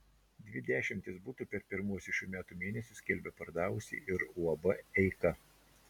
dvi dešimtis butų per pirmuosius šių metų mėnesius skelbia pardavusi ir uab eika